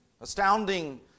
astounding